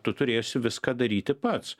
tu turėsi viską daryti pats